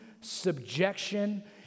subjection